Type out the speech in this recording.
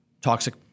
toxic